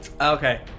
Okay